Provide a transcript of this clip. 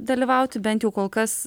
dalyvauti bent jau kol kas